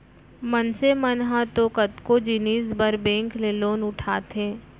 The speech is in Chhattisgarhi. मनसे मन ह तो कतको जिनिस बर बेंक ले लोन उठाथे